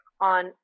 on